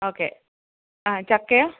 okay ആ ചക്കയോ